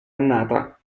annata